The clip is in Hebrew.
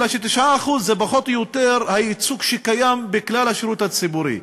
אלא ש-9% זה פחות או יותר הייצוג שקיים בכלל השירות הציבורי.